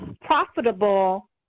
profitable